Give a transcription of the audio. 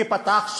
מי פתח?